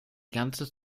ganze